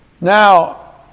Now